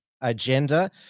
agenda